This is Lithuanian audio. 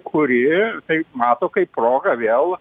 kuri tai mato kaip progą vėl